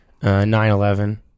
9-11